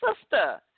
sister